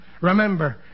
Remember